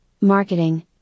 marketing